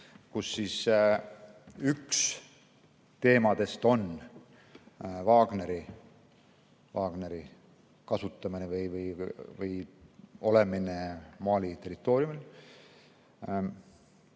kus üks teemadest on Wagneri kasutamine või olemine Mali territooriumil.